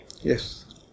Yes